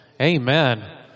Amen